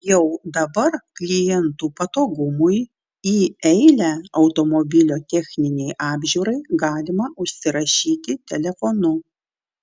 jau dabar klientų patogumui į eilę automobilio techninei apžiūrai galima užsirašyti telefonu